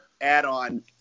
add-on